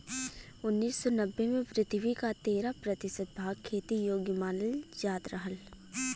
उन्नीस सौ नब्बे में पृथ्वी क तेरह प्रतिशत भाग खेती योग्य मानल जात रहल